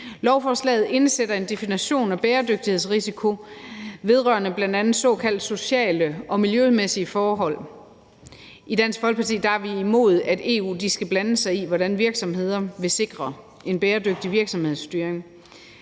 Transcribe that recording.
Lovforslaget indsætter en definition af bæredygtighedsrisiko vedrørende bl.a. såkaldte sociale og miljømæssige forhold. I Dansk Folkeparti er vi imod, at EU skal blande sig i, hvordan virksomheder vil sikre en bæredygtig virksomhedsstyring.